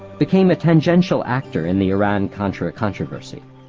became a tangential actor in the iran-contra controversy.